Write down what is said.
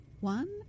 one